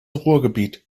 ruhrgebiet